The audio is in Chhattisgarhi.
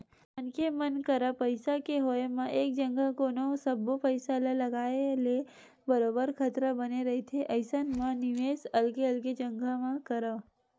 मनखे मन करा पइसा के होय म एक जघा कोनो सब्बो पइसा ल लगाए ले बरोबर खतरा बने रहिथे अइसन म निवेस अलगे अलगे जघा म करय